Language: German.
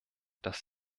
dass